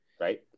Right